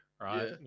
right